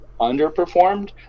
underperformed